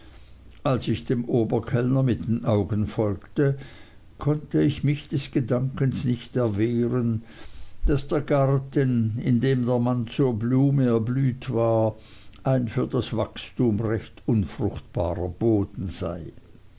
als ich dem oberkellner mit den augen folgte konnte ich mich des gedankens nicht erwehren daß der garten in dem der mann zur blume erblüht war ein für das wachstum recht unfruchtbarer boden sei